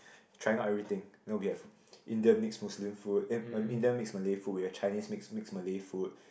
trying out everything you know we have Indian mix Muslim food eh Indian mix malay food we have Chinese mix mix malay food